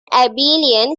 abelian